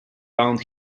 bound